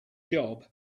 job